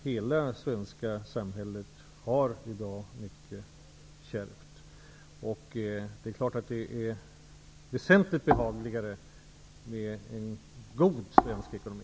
Hela det svenska samhället har det i dag mycket kärvt. Det är klart att det är väsentligt mycket behagligare med en god svensk ekonomi.